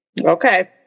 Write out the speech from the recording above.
okay